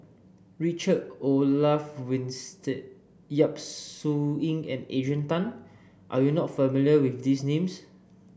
Richard Olaf Winstedt Yap Su Yin and Adrian Tan are you not familiar with these names